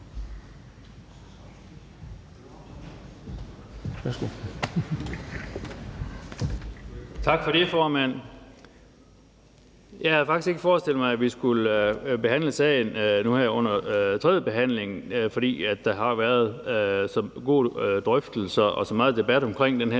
Tak for det, formand. Jeg havde faktisk ikke forestille mig, at vi skulle behandle sagen nu her under tredjebehandlingen, for der har været så gode drøftelser og så meget debat omkring den her